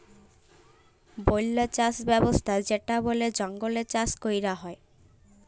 বল্য চাস ব্যবস্থা যেটা বলে জঙ্গলে চাষ ক্যরা হ্যয়